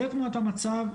זו תמונת המצב.